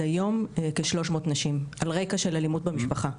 היום כ-300 נשים על רקע של אלימות במשפחה.